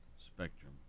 Spectrum